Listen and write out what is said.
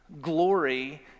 glory